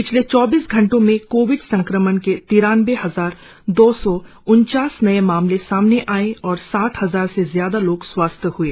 पिछले चौबीस घंटों में कोविड संक्रमण के तिरानबे हजार दो सौ उनचास नए मामले सामने आए और साठ हजार से ज्यादा लोग स्वस्थ हए